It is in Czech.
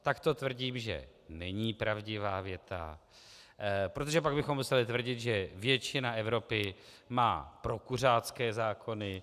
Tak to tvrdím, že není pravdivá věta, protože pak bychom museli tvrdit, že většina Evropy má prokuřácké zákony.